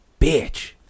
bitch